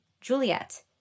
Juliet